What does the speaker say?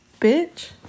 bitch